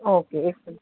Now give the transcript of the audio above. okay एक second